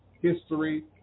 history